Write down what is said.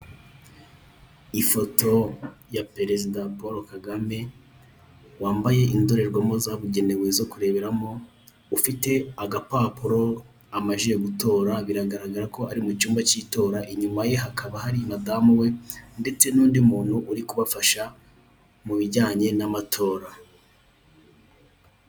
Ifoto ya perezida Paul Kagame wambaye indorerwamo zabugenewe zo kureberamo ufite agapapuro amajije gutora, biragaragara ko ari mucyumba cy'itora inyuma ye hakaba hari madamu we ndetse n'undi muntu uri kubafasha mubijyanye n'amatora.